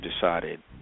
decided